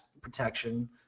protection